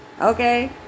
okay